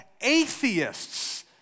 atheists